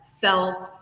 felt